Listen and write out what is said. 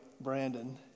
Brandon